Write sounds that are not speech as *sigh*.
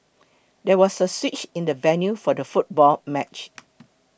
there was a switch in the venue for the football match *noise*